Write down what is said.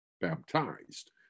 baptized